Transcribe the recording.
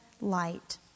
light